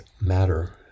matter